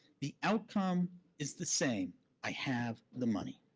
the outcome is the same i have the money.